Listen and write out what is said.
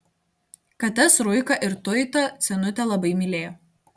kates ruiką su tuita senutė labai mylėjo